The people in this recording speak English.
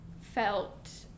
felt